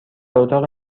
اتاق